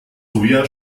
soja